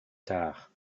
tard